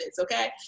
okay